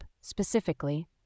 specifically